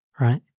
Right